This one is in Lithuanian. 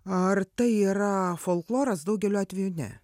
ar tai yra folkloras daugeliu atvejų ne